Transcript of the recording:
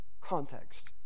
context